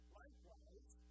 likewise